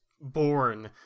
born